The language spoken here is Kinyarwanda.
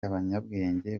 abanyabwenge